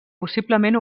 possiblement